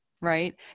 right